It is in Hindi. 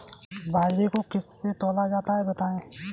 बाजरे को किससे तौला जाता है बताएँ?